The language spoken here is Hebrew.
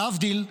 להבדיל,